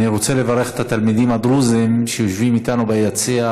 אני רוצה לברך את התלמידים הדרוזים שיושבים איתנו ביציע.